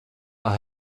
are